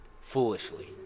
Foolishly